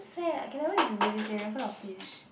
sad I can never be vegetarian cause of fish